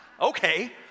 Okay